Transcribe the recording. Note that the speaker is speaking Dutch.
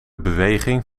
beweging